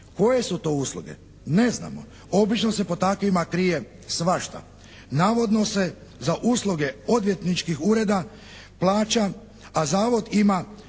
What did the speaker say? Koje su to usluge? Ne znamo. Obično se pod takvima krije svašta. Navodno se za usluge odvjetničkih ureda plaća a Zavod ima